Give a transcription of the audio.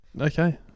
Okay